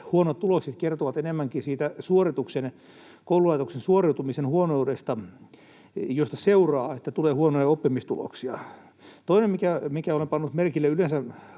huonot tulokset kertovat enemmänkin siitä koululaitoksen suoriutumisen huonoudesta, josta seuraa, että tulee huonoja oppimistuloksia. Toinen, minkä olen pannut merkille yleensä